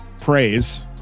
praise